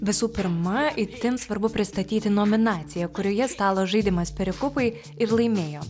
visų pirma itin svarbu pristatyti nominaciją kurioje stalo žaidimas perekupai ir laimėjo